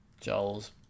Joel's